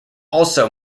also